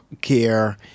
care